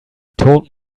told